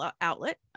outlet